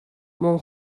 mewn